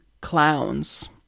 clowns